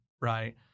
right